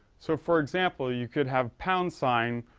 so for example, you could have pound sign,